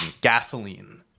gasoline